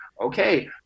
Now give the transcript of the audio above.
okay